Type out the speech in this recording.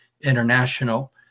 International